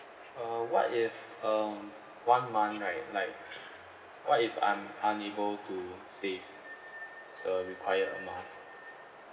uh what if um one month right like what if I'm unable to save the required amount